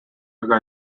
aga